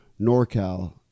NorCal